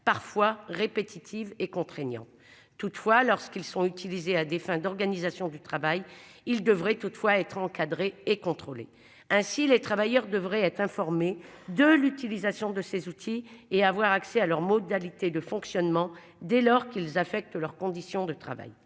parfois répétitives et contraignant. Toutefois, lorsqu'ils sont utilisés à des fins d'organisation du travail. Il devrait toutefois être encadrée et contrôlée, ainsi les travailleurs devraient être informé de l'utilisation de ces outils et avoir accès à leurs modalités de fonctionnement dès lors qu'ils affectent leurs conditions de travail.